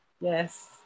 Yes